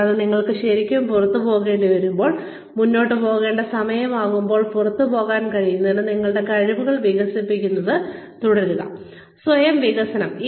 കൂടാതെ നിങ്ങൾക്ക് ശരിക്കും പുറത്തുപോകേണ്ടിവരുമ്പോൾ മുന്നോട്ട് പോകേണ്ട സമയമാകുമ്പോൾ പുറത്തുപോകാൻ കഴിയുന്നതിന് നിങ്ങളുടെ കഴിവുകൾ വികസിപ്പിക്കുന്നത് തുടരുക സ്വയം വികസനം